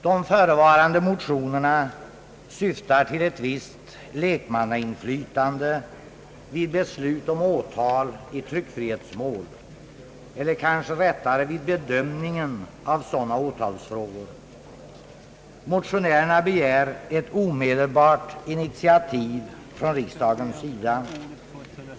De förevarande motionerna syftar till ett visst lekmannainflytande vid beslut om åtal i tryckfrihetsmål — eller kanske rättare sagt vid bedömningen av sådana åtalsfrågor. Motionärerna begär ett omedelbart initiativ från riksdagens sida.